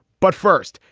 but first,